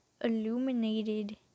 illuminated